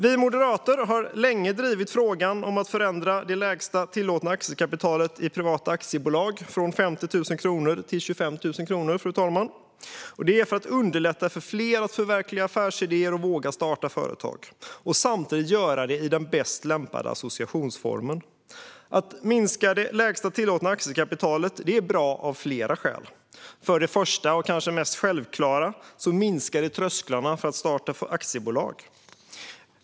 Vi moderater har länge drivit frågan om att förändra det lägsta tillåtna aktiekapitalet i privata aktiebolag från 50 000 kronor till 25 000 kronor, fru talman, detta för att underlätta för fler att förverkliga affärsidéer och våga starta företag och samtidigt göra det i den bäst lämpade associationsformen. Att minska det lägsta tillåtna aktiekapitalet är bra av flera skäl: För det första, och kanske mest självklart, minskar det trösklarna för att starta aktiebolag.